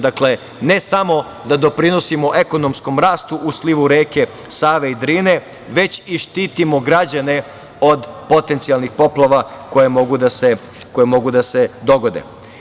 Dakle, ne samo da doprinosimo ekonomskom rastu u slivu reke Save i Drine, već i štitimo građane od potencijalnih poplava koje mogu da se dogode.